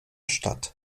stadt